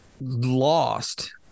lost